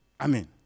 Amen